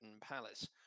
Palace